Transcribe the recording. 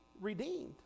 redeemed